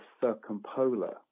circumpolar